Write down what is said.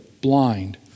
blind